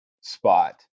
spot